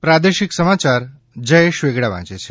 પ્રાદેશિક સમાચાર જયેશ વેગડા વાંચે છે